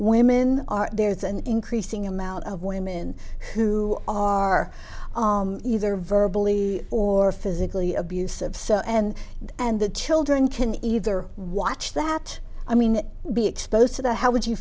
women are there's an increasing amount of women who are either verbal e or physically abusive and and the children can either watch that i mean be exposed to that how would you